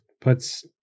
puts